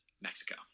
Mexico